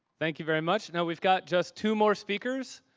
thank you very much. now we've got just two more speakers,